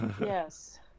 Yes